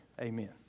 amen